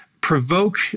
provoke